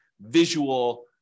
visual